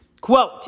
quote